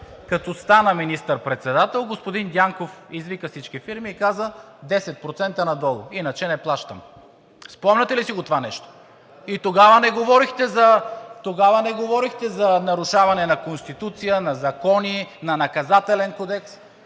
като стана министър председател, господин Дянков извика всички фирми и каза: 10% надолу, иначе не плащам. Спомняте ли си това нещо? И тогава не говорехте за нарушаване на Конституция, на закони, на Наказателен кодекс.